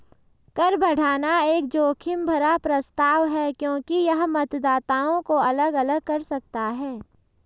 कर बढ़ाना एक जोखिम भरा प्रस्ताव है क्योंकि यह मतदाताओं को अलग अलग कर सकता है